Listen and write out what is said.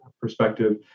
Perspective